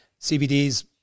CBDs